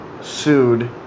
sued